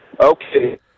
Okay